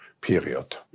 period